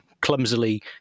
Clumsily